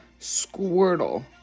Squirtle